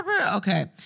Okay